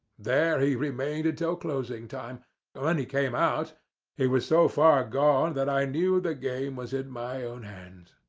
there he remained until closing time, and when he came out he was so far gone that i knew the game was in my own hands.